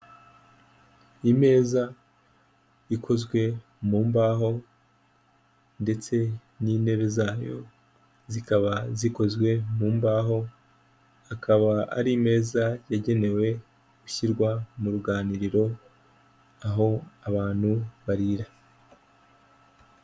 Imeza ikozwe mu mbaho ndetse n'intebe zayo zikaba zikozwe mu mbaho, akaba ari meza yagenewe gushyirwa mu ruganiriro aho abantu barira.